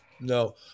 No